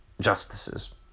justices